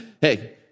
hey